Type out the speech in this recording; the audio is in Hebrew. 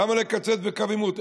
למה לקצץ בקו עימות?